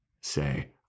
say